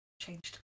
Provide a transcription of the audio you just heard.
changed